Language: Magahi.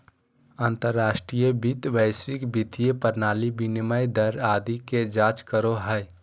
अंतर्राष्ट्रीय वित्त वैश्विक वित्तीय प्रणाली, विनिमय दर आदि के जांच करो हय